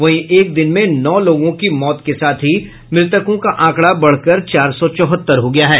वहीं एक दिन में नौ लोगों की मौत के साथ ही मृतकों का आंकड़ा बढ़कर चार सौ चौहत्तर हो गया है